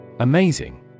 Amazing